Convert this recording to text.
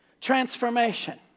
transformation